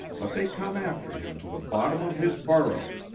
but they come after him to the bottom of his burrow,